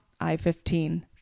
I-15